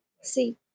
See